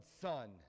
Son